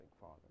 father